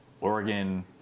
Oregon